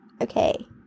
okay